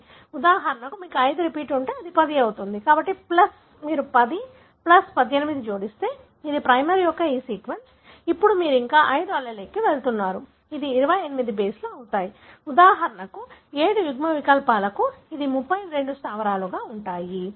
ఉదాహరణకు మీకు 5 రిపీట్ ఉంటే అది 10 అవుతుంది కాబట్టి ప్లస్ మీరు 10 ప్లస్ 18 ను జోడిస్తే ఇది ప్రైమర్ యొక్క ఈ సీక్వెన్స్ ఇప్పుడు మీరు ఇంకా 5 అల్లెల్లకు వెళ్తున్నారు అది 28 బేస్లు అవుతుంది ఉదాహరణకు 7 యుగ్మవికల్పాలకు ఇది 32 స్థావరాలుగా ఉంటుంది